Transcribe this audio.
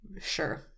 Sure